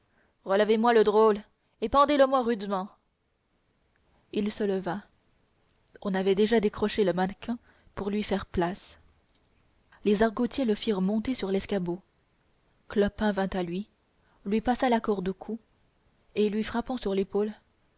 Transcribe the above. relevez moi le drôle et pendez le moi rudement il se leva on avait déjà décroché le mannequin pour lui faire place les argotiers le firent monter sur l'escabeau clopin vint à lui lui passa la corde au cou et lui frappant sur l'épaule